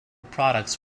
products